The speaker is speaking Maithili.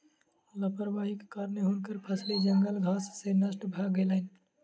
लापरवाहीक कारणेँ हुनकर फसिल जंगली घास सॅ नष्ट भ गेलैन